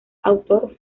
autor